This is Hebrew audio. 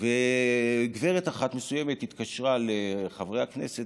וגברת אחת מסוימת התקשרה לחברי הכנסת